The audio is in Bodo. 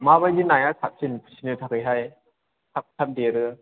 माबायदि नाया साबसिन फिसिनो थाखायहाय थाब थाब देरो